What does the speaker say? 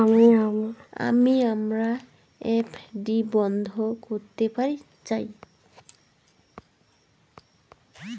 আমি আমার এফ.ডি বন্ধ করতে চাই